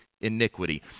iniquity